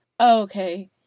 okay